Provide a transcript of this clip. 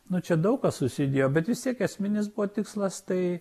nu čia daug kas susidėjo bet vis tiek esminis buvo tikslas tai